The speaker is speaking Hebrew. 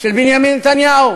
של בנימין נתניהו,